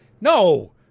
no